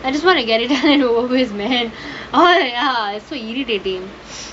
I just want to get it over with man all so irritating